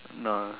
no